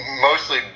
Mostly